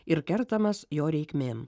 ir kertamas jo reikmėm